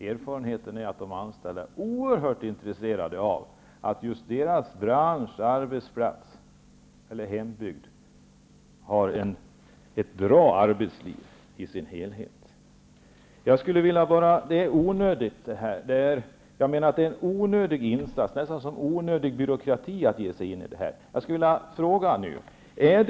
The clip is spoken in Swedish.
Erfarenheten är att de anställda är oerhört intresserade av att just deras bransch, arbetsplats eller hembygd har ett bra arbetsliv. Jag anser att det är en onödig insats, onödig byråkrati, att ge sig in i detta. Jag skulle vilja ställa en fråga.